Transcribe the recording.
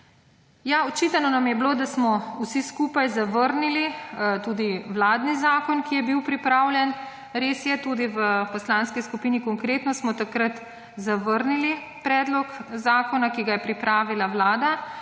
Očitano nam je bilo, da smo vsi skupaj zavrnili tudi vladni zakon, ki je bil pripravljen. Res je, tudi v Poslanski skupini Konkretno smo takrat zavrnili predlog zakona, ki ga je pripravila vlada.